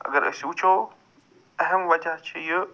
اگر أسۍ وٕچھو اہم وجہ چھُ یہِ